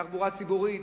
תחבורה ציבורית,